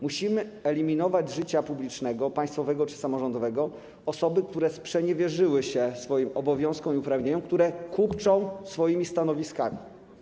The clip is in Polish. Musimy eliminować z życia publicznego, państwowego czy samorządowego osoby, które sprzeniewierzyły się swoim obowiązkom i uprawnieniom, które kupczą swoimi stanowiskami.